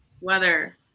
Weather